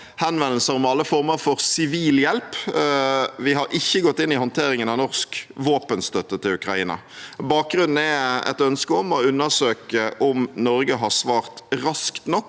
henvendelser om alle former for sivil hjelp. Vi har ikke gått inn i håndteringen av norsk våpenstøtte til Ukraina. Bakgrunnen er et ønske om å undersøke om Norge har svart raskt nok